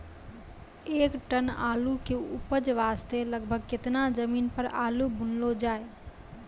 एक टन आलू के उपज वास्ते लगभग केतना जमीन पर आलू बुनलो जाय?